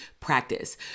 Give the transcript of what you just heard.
practice